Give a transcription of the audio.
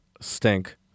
stink